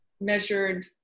measured